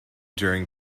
during